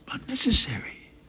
unnecessary